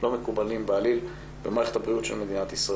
אפשר להגיד את הדברים